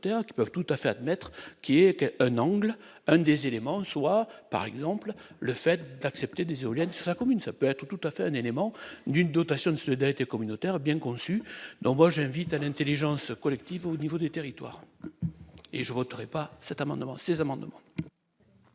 qui peuvent tout à fait naître, qui est un angle, un des éléments, soit par exemple le fait d'accepter des éoliennes sa commune, ça peut être tout à fait un élément d'une dotation de solidarité communautaire bien conçu, donc moi j'invite à l'Intelligence collective au niveau des territoires et je voterai pas cet amendement ces amendements.